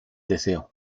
deseo